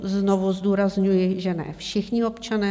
Znovu zdůrazňuji, že ne všichni občané.